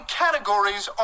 categories